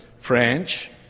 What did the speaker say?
French